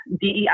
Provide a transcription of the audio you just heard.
DEI